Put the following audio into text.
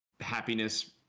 happiness